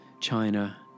China